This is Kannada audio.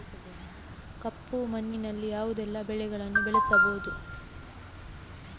ಕಪ್ಪು ಮಣ್ಣಿನಲ್ಲಿ ಯಾವುದೆಲ್ಲ ಬೆಳೆಗಳನ್ನು ಬೆಳೆಸಬಹುದು?